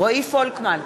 רועי פולקמן,